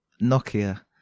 Nokia